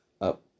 up